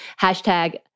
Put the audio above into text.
Hashtag